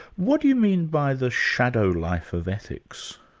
what do you mean by the shadow-life of ethics?